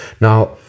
Now